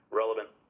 relevant